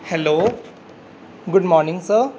hello good morning sir